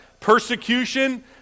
Persecution